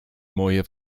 moje